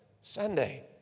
Sunday